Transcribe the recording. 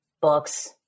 books